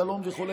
השלום וכו'.